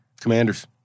commanders